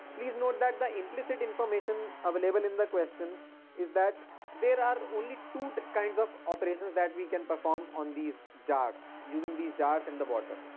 please note that the implicit information available in the question is that there are only two kinds of operations that we can perform on these jars, using these jars and the water.